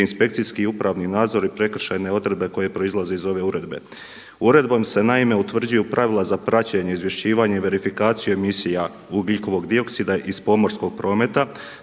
inspekcijski upravni nadzor i prekršajne odredbe koje proizlaze iz ove uredbe. Uredbom se naime utvrđuju pravila za praćenje, izvješćivanje i verifikaciju emisija ugljikovog dioksida iz pomorskog prometa,